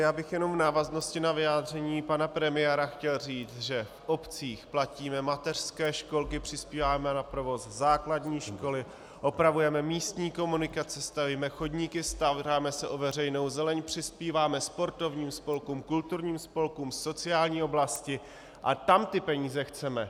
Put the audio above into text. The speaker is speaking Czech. Já bych jenom v návaznosti na vyjádření pana premiéra chtěl říct, že v obcích platíme mateřské školky, přispíváme na provoz základní školy, opravujeme místní komunikaci, stavíme chodníky, staráme se o veřejnou zeleň, přispíváme sportovním spolkům, kulturním spolkům, sociální oblasti a tam ty peníze chceme.